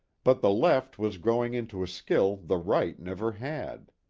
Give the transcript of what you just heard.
but the left was growing into a skill the right never had.